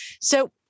so-